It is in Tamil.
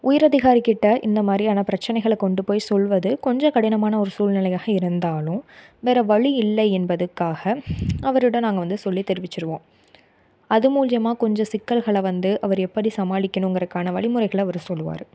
உயர் அதிகாரிக் கிட்டே இந்த மாதிரியான பிரச்சினைகள கொண்டு போய் சொல்வது கொஞ்சம் கடினமான ஒரு சூழ்நிலையாக இருந்தாலும் வேறு வழி இல்லை என்பதுக்காக அவருடன் நாங்கள் வந்து சொல்லி தெரிவிச்சுருவோம் அது மூலிமா கொஞ்சம் சிக்கல்களை வந்து அவர் எப்படி சமாளிக்கணுங்கிறதுக்கான வழிமுறைகள அவர் சொல்லுவார்